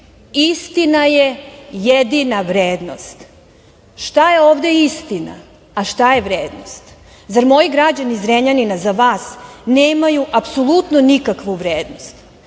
istina je jedina vrednost. Šta je ovde istina, a šta je vrednost? Zar moji građani Zrenjanina za vas nemaju apsolutno nikakvu vrednost? Isto